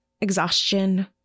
exhaustion